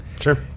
Sure